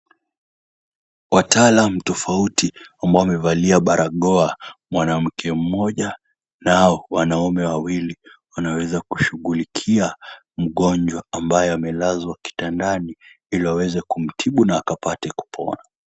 Wataalam tofauti ambao wamevalia barakoa, mwanamke mmoja nao wanaume wawili, wanaweza kushughulikia mgonjwa ambaye amelazwa kitandani, ili waweze kumtibu na akapate kupona.